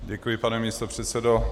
Děkuji, pane místopředsedo.